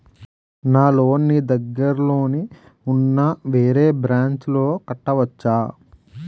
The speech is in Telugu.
నా లోన్ నీ దగ్గర్లోని ఉన్న వేరే బ్రాంచ్ లో కట్టవచా?